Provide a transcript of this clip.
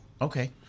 Okay